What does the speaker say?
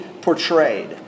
portrayed